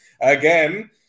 again